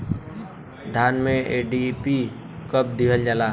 धान में डी.ए.पी कब दिहल जाला?